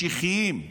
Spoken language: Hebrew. משיחיים.